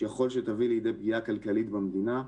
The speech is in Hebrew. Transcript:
ויכול שתביא לידי פגיעה כלכלית במדינה.